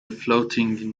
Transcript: floating